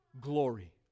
glory